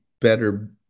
better